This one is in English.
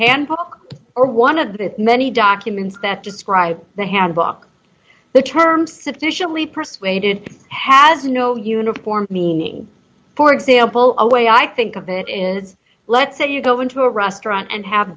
tan or one of the many documents that describe the handbook the term sufficiently persuaded has no uniform meaning for example a way i think of it and let's say you go into a restaurant and have